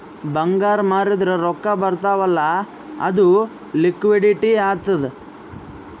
ಬಂಗಾರ್ ಮಾರ್ದುರ್ ರೊಕ್ಕಾ ಬರ್ತಾವ್ ಅಲ್ಲ ಅದು ಲಿಕ್ವಿಡಿಟಿ ಆತ್ತುದ್